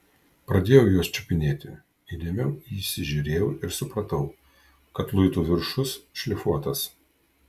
pradėjau juos čiupinėti įdėmiau įsižiūrėjau ir supratau kad luitų viršus šlifuotas